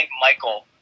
Michael